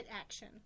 action